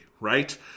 right